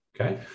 Okay